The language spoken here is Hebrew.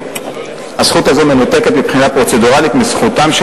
הזכות הזו מנותקת מבחינה פרוצדורלית מזכותם של